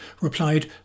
replied